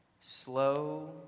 Slow